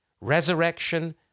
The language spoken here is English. resurrection